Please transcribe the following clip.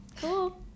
Cool